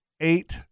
eight